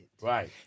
Right